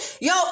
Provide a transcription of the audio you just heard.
Yo